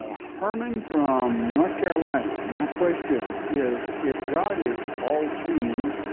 ah herman from north carolina. my question is if god is all seen,